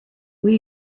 will